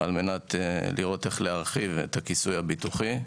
על מנת לראות איך אפשר להרחיב את הכיסוי הביטוחי.